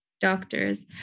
doctors